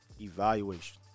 evaluation